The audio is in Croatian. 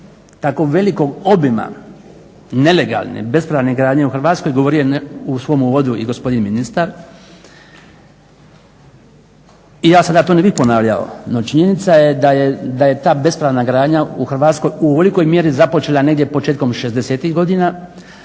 tako velikog obima nelegalne, bespravne gradnje u Hrvatskoj govorio je u svom uvodu i gospodin ministar, i ja se zato ne bi ponavljao. No, činjenica je da je ta bespravna gradnja u Hrvatskoj u velikoj mjeri započela negdje početkom šezdesetih godina,